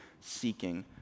seeking